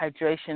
hydration